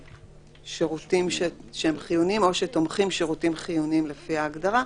שירותים שהם חיוניים או שתומכים שירותים חיוניים לפי ההגדרה,